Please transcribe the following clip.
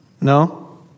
No